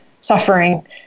suffering